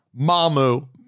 Mamu